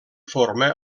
forma